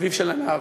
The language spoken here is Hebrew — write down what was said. אביו של הנער.